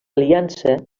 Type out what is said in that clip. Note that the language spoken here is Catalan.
aliança